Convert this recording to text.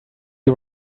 you